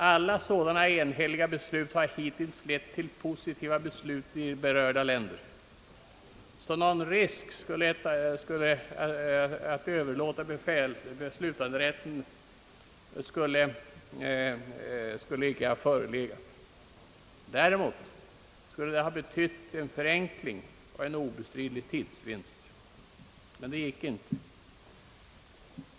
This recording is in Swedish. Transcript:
Alla sådana enhälliga beslut har hittills lett till positiva beslut i berörda länder — någon risk att överlåta beslutanderätten skulle inte ha förelegat. Däremot skulle det ha betytt en förenkling och en obestridlig tidsvinst. Men nej, det gick inte.